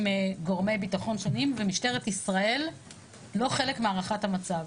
גורמי ביטחון שונים ומשטרת ישראל לא חלק מהערכת המצב.